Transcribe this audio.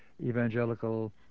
Evangelical